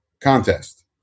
Contest